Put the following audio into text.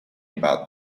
about